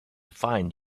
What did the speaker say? find